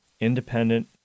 independent